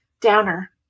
downer